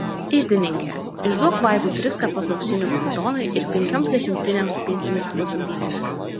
iždininke išduok vaitui tris kapas auksinų kapitonui ir penkioms dešimtinėms pėstininkų pasamdyti